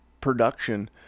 production